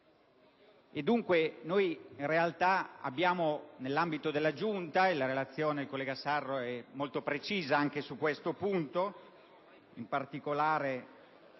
Costituzione. In realtà, nell'ambito della Giunta - e la relazione del collega Sarro è molto precisa anche su questo punto (in particolare,